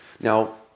Now